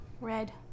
red